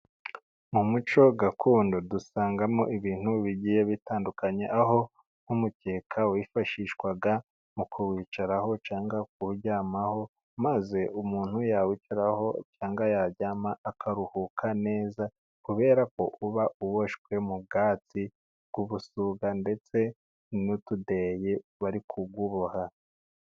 Mu muco gakondo dusangamo ibintu bigiye bitandukanye; aho nk'umukeka wifashishwaga mu kuwicaraho cyangwa kuwuryamaho, maze umuntu yawicaraho cyangwa yaryama akaruhuka neza, kubera ko uba uboshywe mu bwatsi bw'ubusuga ndetse n'ududeyi bari kuwuboha.